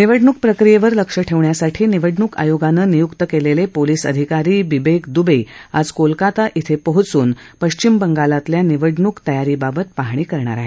निवडणूक प्रक्रियेवर लक्ष ठेवण्यासाठी निवडणूक आयोगानं नियुक्त केलेले पोलीस अधिकारी बिबेक दुवे आज कोलकाता इथं पोहोचून पश्विम बंगालातल्या निवडणूक तयारीबाबत पाहणी करणार आहेत